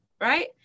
right